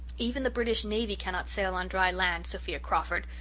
even the british navy cannot sail on dry land, sophia crawford.